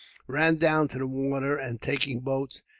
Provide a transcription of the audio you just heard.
ran down to the water and, taking boats,